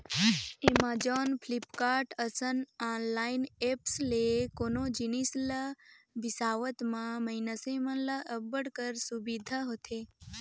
Amazon, Flipkart, असन online apps ले कोनो जिनिस ल बिसावत म मइनसे मन ल अब्बड़ कर सुबिधा होथे